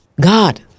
God